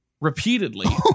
repeatedly